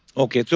okay. so